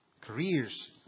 careers